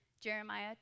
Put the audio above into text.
Jeremiah